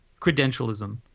credentialism